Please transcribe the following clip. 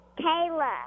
Kayla